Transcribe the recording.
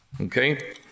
Okay